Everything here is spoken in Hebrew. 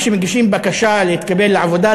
כשמגישים בקשה להתקבל לעבודה,